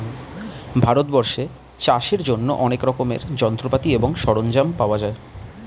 ভারতবর্ষে চাষের জন্য অনেক রকমের যন্ত্রপাতি এবং সরঞ্জাম পাওয়া যায়